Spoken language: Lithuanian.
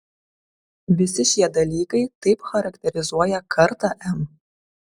visi šie dalykai taip charakterizuoja kartą m